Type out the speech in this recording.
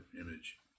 image